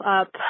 up